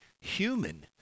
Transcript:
human